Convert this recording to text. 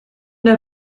der